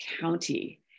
County